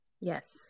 Yes